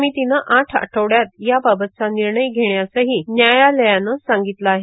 समितीनं आठ आठवड्यात याबाबतचा निर्णय घेण्यासही न्यायालयानं सांगितलं आहे